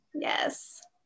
Yes